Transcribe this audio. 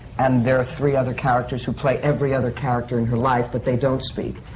and there are three other characters who play every other character in her life, but they don't speak.